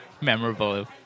memorable